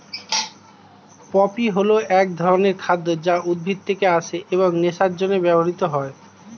poppy হল এক ধরনের খাদ্য যা উদ্ভিদ থেকে আসে এবং নেশার জন্য ব্যবহৃত হয়